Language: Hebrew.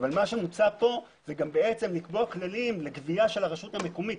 מה שמוצע פה זה גם בעצם לקבוע כללים לגבייה של הרשות המקומית,